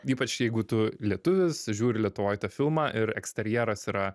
ypač jeigu tu lietuvis žiūri lietuvoj tą filmą ir eksterjeras yra